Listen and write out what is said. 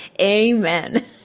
Amen